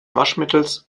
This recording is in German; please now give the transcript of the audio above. waschmittels